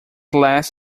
last